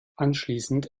anschließend